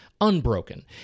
unbroken